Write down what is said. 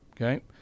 Okay